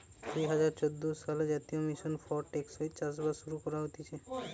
দুই হাজার চোদ্দ সালে জাতীয় মিশন ফর টেকসই চাষবাস শুরু করা হতিছে